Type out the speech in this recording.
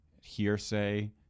hearsay